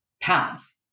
Pounds